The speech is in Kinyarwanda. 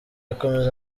akomeze